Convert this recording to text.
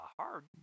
hard